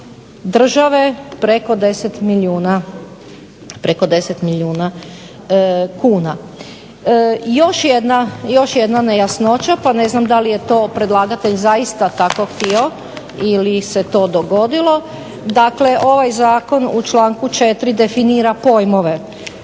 države preko 10 milijuna kuna. Još jedna nejasnoća pa ne znam da li je to predlagatelj zaista tako htio ili se to dogodilo. Dakle, ovaj zakon u članku 4. definira pojmove,